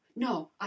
No